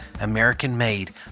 American-made